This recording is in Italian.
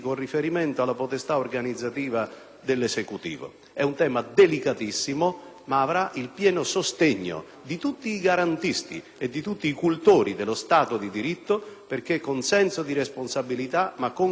dell'Esecutivo. È un tema delicatissimo, ma per il quale avrà il pieno sostegno di tutti i garantisti e di tutti i cultori dello Stato di diritto perché, con senso di responsabilità ma con coraggio, si vada avanti su questa strada.